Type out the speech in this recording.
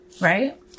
right